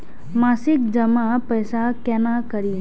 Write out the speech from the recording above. मासिक जमा पैसा केना करी?